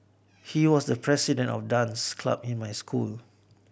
he was the president of dance club in my school